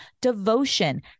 devotion